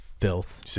filth